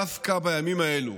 דווקא בימים האלה,